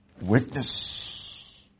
witness